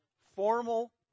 formal